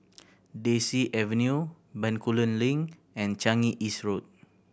Daisy Avenue Bencoolen Link and Changi East Road